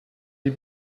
die